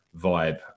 vibe